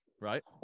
right